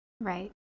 Right